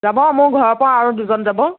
যাব মোৰ ঘৰৰ পৰা আৰু দুজন যাব